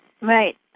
Right